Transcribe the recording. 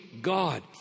God